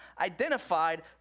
identified